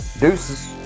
Deuces